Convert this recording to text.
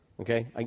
okay